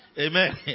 Amen